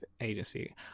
agency